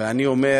ואני אומר: